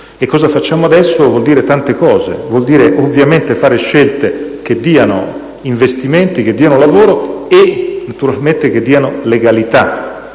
E cosa facciamo adesso vuol dire tante cose: vuol dire - ovviamente - fare scelte che diano investimenti, che diano lavoro e - naturalmente - che diano legalità.